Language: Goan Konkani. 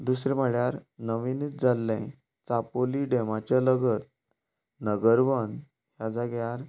दुसरें म्हळ्यार नवीन जाल्ले चापोली डेमाचें लगर नगरवन ह्या जाग्यार